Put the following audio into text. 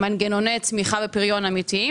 מנגנוני צמיחה ופריון אמיתיים,